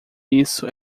isso